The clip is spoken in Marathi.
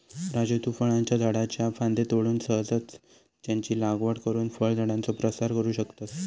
राजू तु फळांच्या झाडाच्ये फांद्ये तोडून सहजच त्यांची लागवड करुन फळझाडांचो प्रसार करू शकतस